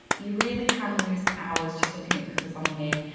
you really can lose hours just looking at the covers on here,